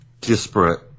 disparate